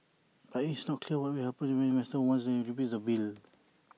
but IT is not clear what will happen if Westminster one day repeals that bill